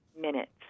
minutes